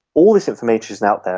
all this information is out there,